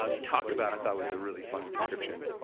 um you talk about, i thought was a really funny description,